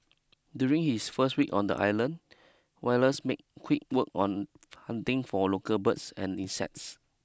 during his first week on the island Wallace made quick work on hunting for local birds and insects